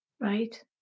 right